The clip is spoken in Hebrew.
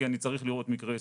כי אני צריך לראות מקרה ספציפי.